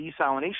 desalination